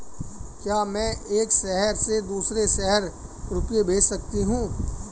क्या मैं एक शहर से दूसरे शहर रुपये भेज सकती हूँ?